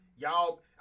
Y'all